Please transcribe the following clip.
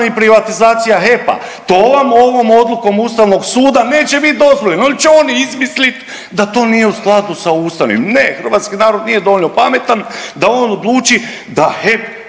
privatizacija HEP-a. To vam ovom odlukom Ustavnog suda neće biti dozvoljeno. Onda će oni izmislit da to nije u skladu sa Ustavom. Ne, hrvatski narod nije dovoljno pametan da on odluči da HEP